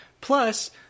Plus